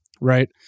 right